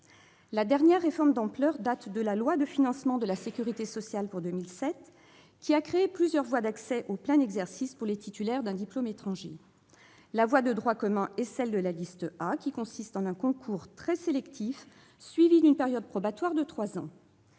La dernière réforme d'ampleur date de la loi de financement de la sécurité sociale pour 2007, qui a créé plusieurs voies d'accès au plein exercice pour les titulaires d'un diplôme étranger. La voie de droit commun est celle de la liste A, qui consiste en un concours très sélectif suivi d'une période probatoire de trois ans.